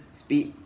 speed